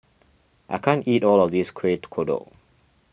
I can't eat all of this Kuih Kodok